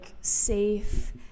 safe